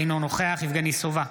אינו נוכח יבגני סובה,